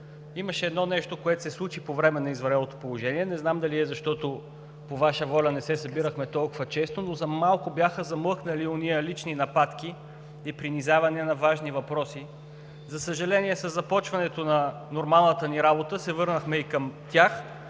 Имаше едно нещо, което се случи по време на извънредното положение – не знам дали е защото по Ваша воля не се събирахме толкова често, но за малко бяха замлъкнали онези лични нападки и принизяване на важни въпроси. За съжаление, със започването на нормалната ни работа се върнахме и към тях,